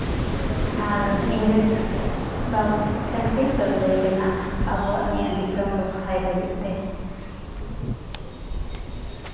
ᱟᱨ ᱤᱝᱨᱮᱹᱡᱽ ᱴᱷᱮᱱᱠᱤᱱ ᱞᱟᱹᱲᱦᱟᱹᱭ ᱞᱮᱱᱟ ᱟᱵᱚᱣᱟᱜ ᱱᱤᱭᱟᱹ ᱫᱤᱥᱟᱹᱢ ᱨᱚᱠᱠᱷᱟᱭ ᱞᱟᱹᱜᱤᱫ ᱛᱮ